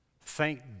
Thank